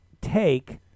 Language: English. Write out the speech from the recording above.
take